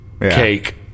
cake